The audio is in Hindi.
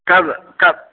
कब कब